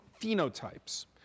phenotypes